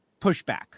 pushback